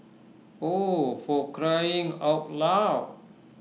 oh for crying out loud